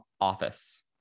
office